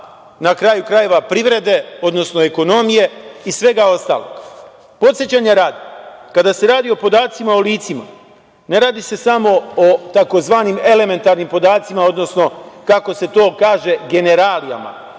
na kraju krajeva privrede, odnosno ekonomije i svega ostalog. Podsećanja radi, kada se radi o podacima o licima ne radi se samo tzv. elementarnim podacima, odnosno, kako se to kaže, generalijama,